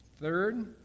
Third